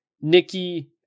Nikki